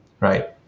right